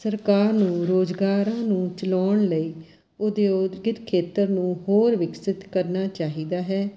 ਸਰਕਾਰ ਨੂੰ ਰੁਜ਼ਗਾਰਾਂ ਨੂੰ ਚਲਾਉਣ ਲਈ ਉਦਯੋਗਿਕ ਖੇਤਰ ਨੂੰ ਹੋਰ ਵਿਕਸਿਤ ਕਰਨਾ ਚਾਹੀਦਾ ਹੈ